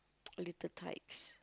little tights